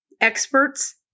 Experts